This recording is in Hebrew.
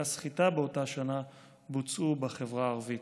הסחיטה באותה שנה בוצעו בחברה הערבית.